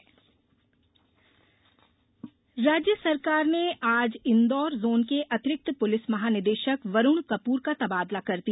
तबादला राज्य सरकार ने आज इन्दौर जोन के अतिरिक्त पुलिस महानिदेशक वरुण कपूर का तबादला कर दिया